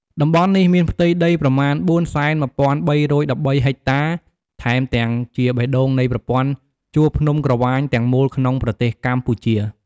តំបន់នេះមានផ្ទៃដីប្រមាណ៤០១,៣១៣ហិចតាថែមទាំងជាបេះដូងនៃប្រព័ន្ធជួរភ្នំក្រវាញទាំងមូលក្នុងប្រទេសកម្ពុជា។